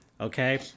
okay